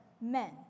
men